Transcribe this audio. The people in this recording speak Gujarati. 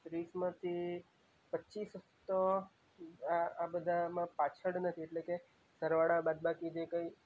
ત્રીસમાંથી પચ્ચીસેક તો આ આ બધામાં પાછળ નથી એટલે કે સરવાળા બાદબાકી જે કંઈ